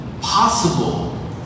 possible